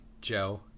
Joe